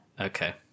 Okay